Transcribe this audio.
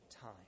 time